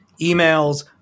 emails